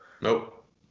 Nope